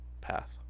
path